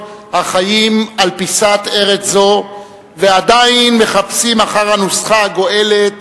החיים על פיסת ארץ זו ועדיין מחפשים אחר הנוסחה הגואלת